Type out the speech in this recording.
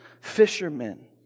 fishermen